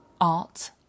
art